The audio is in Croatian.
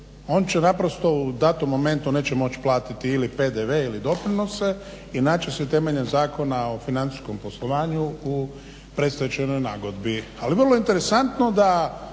on će u datom momentu neće moći platiti ili PDV ili doprinose i naće se temeljem Zakona o financijskom poslovanju u predstečajnoj nagodbi. Ali je vrlo interesantno da